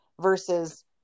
versus